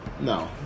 No